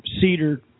cedar